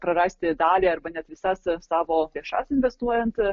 prarasti dalį arba net visas savo lėšas investuojant